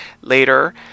Later